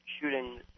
shooting